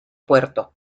puerto